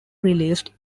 released